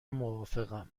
موافقم